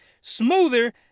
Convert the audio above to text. smoother